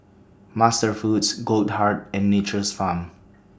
MasterFoods Goldheart and Nature's Farm